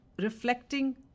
reflecting